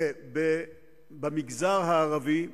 במגזר הערבי,